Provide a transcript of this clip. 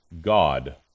God